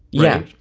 yeah.